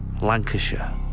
Lancashire